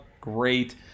great